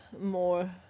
more